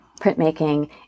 printmaking